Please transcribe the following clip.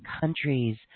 countries